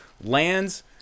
lands